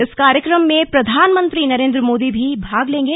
इस कार्यक्रम में प्रधानमंत्री नरेंद्र मोदी भी भाग लेंगे